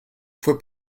fue